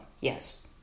Yes